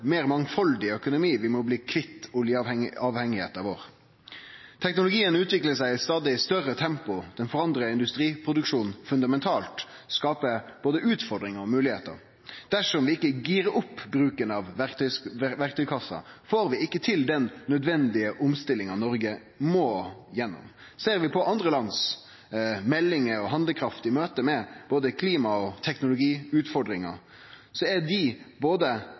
meir mangfaldig økonomi, vi må bli kvitt oljeavhengigheita vår. Teknologien utviklar seg i stadig større tempo. Det forandrar industriproduksjonen fundamentalt og skaper både utfordringar og moglegheiter. Dersom vi ikkje girar opp bruken av verktøykassa, får vi ikkje til den nødvendige omstillinga Noreg må gjennom. Ser vi på andre lands meldingar og handlekraft i møte med både klima- og teknologiutfordringar, er dei både